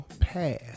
past